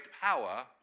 power